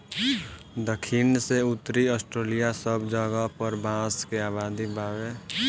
दखिन से उत्तरी ऑस्ट्रेलिआ सब जगह पर बांस के आबादी बावे